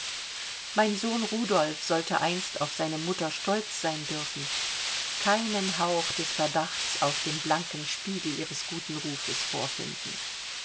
mein sohn rudolf sollte einst auf seine mutter stolz sein dürfen keinen hauch des verdachtes auf dem blanken spiegel ihres guten rufes vorfinden